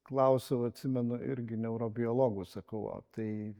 klausiau atsimenu irgi neurobiologų sakau o tai